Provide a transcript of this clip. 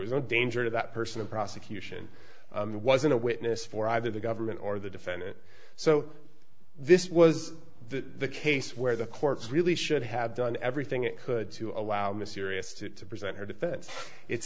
was no danger to that person the prosecution wasn't a witness for either the government or the defend it so this was the case where the courts really should have done everything it could to allow mysterious to present her defense it